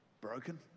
broken